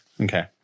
okay